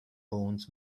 bones